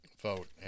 vote